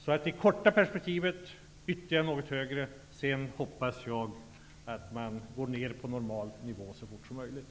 I det korta perspektivet kan nivån alltså bli ytterligare något högre, och sedan hoppas jag att man går ner på normal nivå så fort som möjligt.